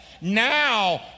Now